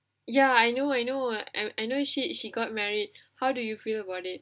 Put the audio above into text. ya I know I know I I know she she got married how do you feel about it